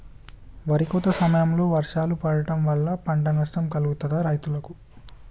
వరి కోత సమయంలో వర్షాలు పడటం వల్ల పంట నష్టం కలుగుతదా రైతులకు?